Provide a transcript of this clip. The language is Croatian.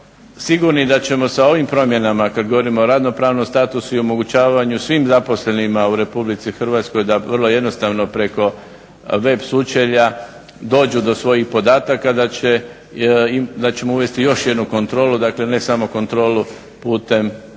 sigurni da ćemo sa ovim promjenama kad govorimo o radno-pravnom statusu i omogućavanju svim zaposlenima u Republici Hrvatskoj da vrlo jednostavno preko web sučelja dođu do svojih podataka da ćemo uvesti još jednu kontrolu, dakle ne samo kontrolu putem